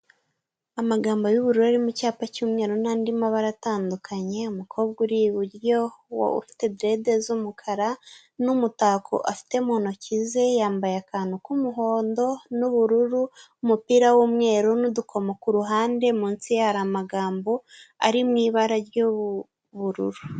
Amagambo y'ubururu ari mu cyapa cy'umweru n'andi mabara atandukanye umukobwa uri iburyo wo ufite direde z'umukara n'umutako afite mu ntoki ze yambaye akantu k'umuhondo n'ubururu umupira w'umweru n'udukomo ku ruhande munsi hari amagambo ari mu ibara ry'ubururu.